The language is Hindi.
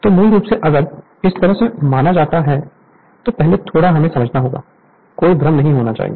तो मूल रूप से अगर इस तरह से माना जाता है तो पहले थोड़ा हमें समझना होगा कोई भ्रम नहीं होना चाहिए